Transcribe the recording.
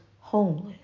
homeless